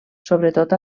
sobretot